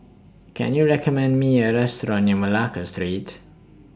Can YOU recommend Me A Restaurant near Malacca Street